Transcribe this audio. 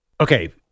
Okay